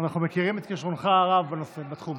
אנחנו מכירים את כישרונך הרב בתחום.